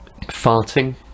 farting